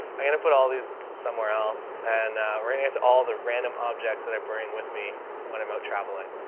i'm going to put all these somewhere else and we're going to get to all the random objects that i bring with me when i'm out traveling.